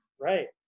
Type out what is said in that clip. Right